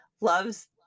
loves